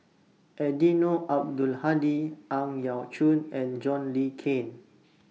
Eddino Abdul Hadi Ang Yau Choon and John Le Cain